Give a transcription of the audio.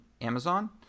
Amazon